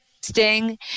sting